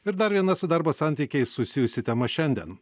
ir dar viena su darbo santykiais susijusi tema šiandien